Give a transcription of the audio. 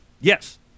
Yes